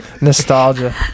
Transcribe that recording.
nostalgia